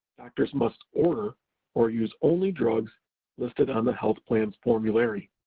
doctors must order or use only drugs listed on the health plan's formulary.